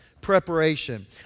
preparation